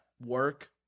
Work